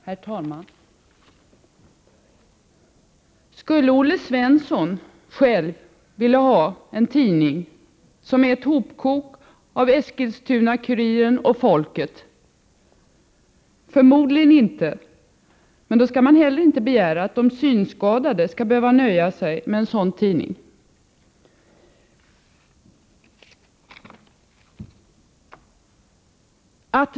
Herr talman! Skulle Olle Svensson själv vilja ha en tidning som är ett hopkok av Eskilstuna-Kuriren och Folket? Förmodligen inte. Men då skall maninte heller begära att de synskadade skall nöja sig med en sådan tidning.